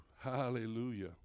Hallelujah